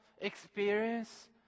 experience